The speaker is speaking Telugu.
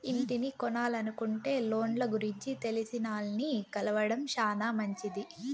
ఇంటిని కొనలనుకుంటే లోన్ల గురించి తెలిసినాల్ని కలవడం శానా మంచిది